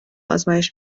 آزمایش